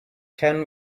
can